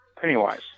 Pennywise